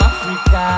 Africa